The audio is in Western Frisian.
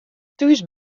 thús